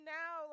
now